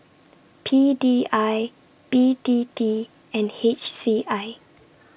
P D I B T T and H C I